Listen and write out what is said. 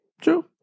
True